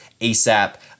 ASAP